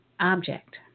object